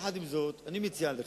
עם זאת, אני מציע לך: